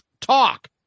talk